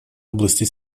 области